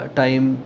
time